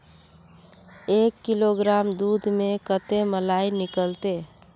एक किलोग्राम दूध में कते मलाई निकलते?